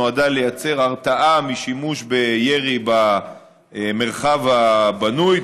שנועדה לייצר הרתעה משימוש בירי במרחב הבנוי,